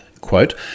quote